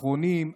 אחרונים,